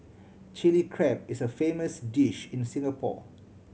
Chilli Crab is a famous dish in Singapore